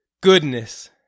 goodness